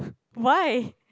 why